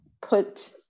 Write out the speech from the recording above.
Put